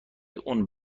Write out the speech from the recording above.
اون